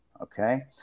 okay